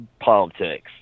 politics